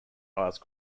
ice